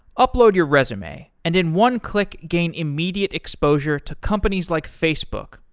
upload your resume and, in one click, gain immediate exposure to companies like facebook,